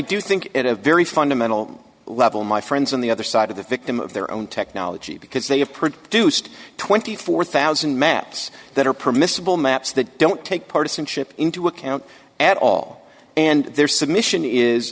do think at a very fundamental level my friends on the other side of the victim of their own technology because they have produced twenty four thousand maps that are permissible maps that don't take partisanship into account at all and there submission is